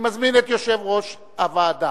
אני מזמין את יושב-ראש הוועדה,